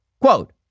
Quote